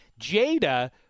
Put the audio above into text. Jada